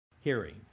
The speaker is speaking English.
Hearing